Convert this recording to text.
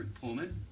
Pullman